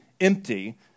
empty